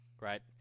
Right